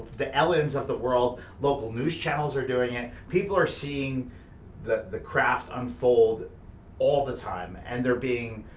the ellens of the world, local news channels are doing it, people are seeing the the craft unfold all the time and they're being,